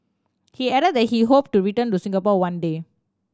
he add that he hope to return to Singapore one day